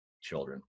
children